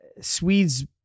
Swedes